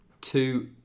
two